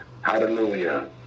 Hallelujah